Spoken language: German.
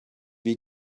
wie